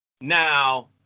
Now